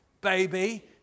baby